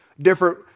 different